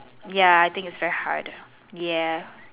ya I think it's very hard ya